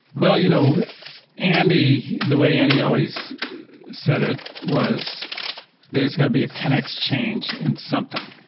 well, you know andy the way andy always said it was there's got to be a ten x change in something.